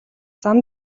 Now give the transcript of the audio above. зам